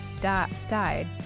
died